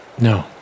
No